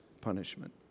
punishment